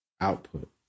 output